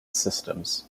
systems